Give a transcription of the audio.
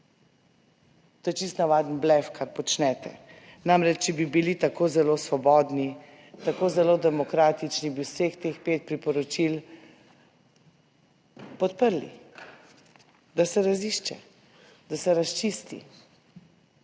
To je čisto navaden blef, kar počnete. Namreč, če bi bili tako zelo svobodni, tako zelo demokratični, bi vseh teh pet priporočil podprli, da se razišče, da se razčisti.